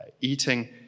eating